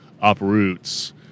uproots